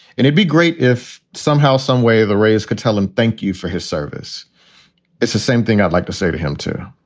and it'd be great if somehow, some way the rays could tell him thank you for his service it's the same thing i'd like to say to him to.